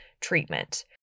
treatment